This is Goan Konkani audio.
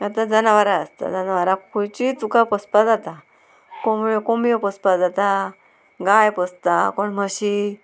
आतां जनावरां आसता जनावरां खंयचींय तुका पोसपा जाता कोंब्यो कोंबयो पोसपा जाता गाय पोसता कोण म्हशी